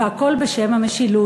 והכול בשם המשילות.